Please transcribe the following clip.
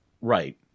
Right